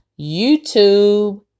YouTube